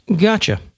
Gotcha